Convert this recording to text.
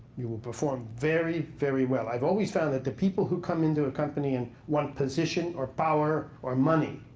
you will perform very, very well. i've always found that the people who come into a company and want a position or power or money,